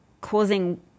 causing